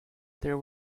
there